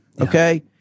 Okay